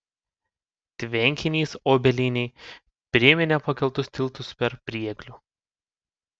tvenkinys obelynėj priminė pakeltus tiltus per prieglių